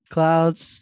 Clouds